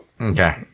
Okay